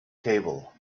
table